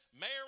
mayor